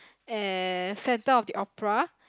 and Phantom-of-the-Opera